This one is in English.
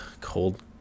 cold